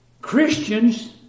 Christians